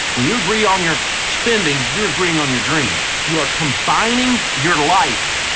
when you agree on your spending, you're agreeing on your dreams. you are combining your life.